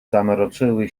zamroczyły